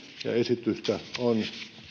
ja esitystä on